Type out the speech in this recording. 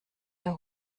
der